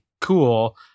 cool